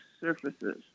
surfaces